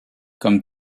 comme